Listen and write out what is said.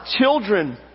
children